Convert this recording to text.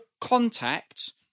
contact